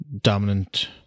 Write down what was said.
dominant